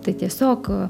tai tiesiog aaa